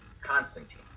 Constantine